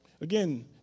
Again